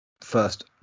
first